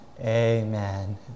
Amen